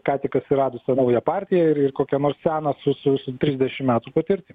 ką tik atsiradusią naują partiją ir ir kokią nors seną su su trisdešim metų patirtim